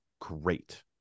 Great